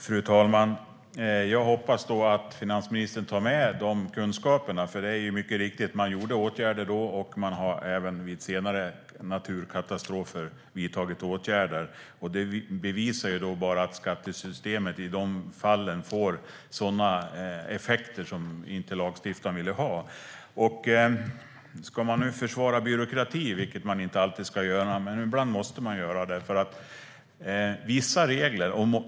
Fru talman! Jag hoppas att finansministern tar med de kunskaperna. Det är mycket riktigt att man då vidtog åtgärder. Man har även vid senare naturkatastrofer vidtagit åtgärder. Det bevisar bara att skattesystemet i de fallen får sådana effekter som lagstiftaren inte ville ha. Man kan försvara byråkrati. Det ska man inte alltid göra, men ibland måste man göra det.